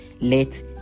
let